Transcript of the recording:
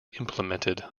implemented